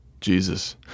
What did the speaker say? Jesus